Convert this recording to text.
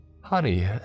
Honey